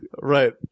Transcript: Right